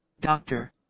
Doctor